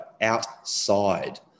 outside